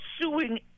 suing